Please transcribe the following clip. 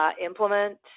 implement